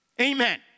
Amen